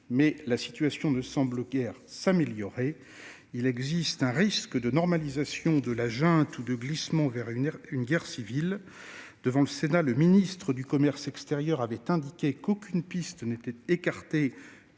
mais la situation ne semble guère s'améliorer. Il existe un risque de normalisation de la junte ou de glissement vers une guerre civile. Devant le Sénat, le ministre du commerce extérieur avait indiqué qu'aucune piste n'était écartée,